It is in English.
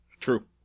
True